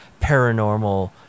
paranormal